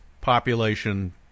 population